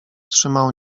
trzymał